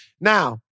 Now